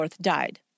died